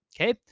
okay